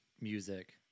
music